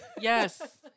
yes